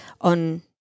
on